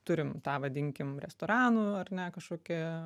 turim tą vadinkim restoranų ar ne kažkokią